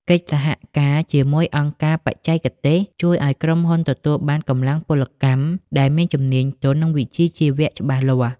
កិច្ចសហការជាមួយអង្គការបច្ចេកទេស ជួយឱ្យក្រុមហ៊ុនទទួលបានកម្លាំងពលកម្មដែលមានជំនាញទន់ និងវិជ្ជាជីវៈច្បាស់លាស់។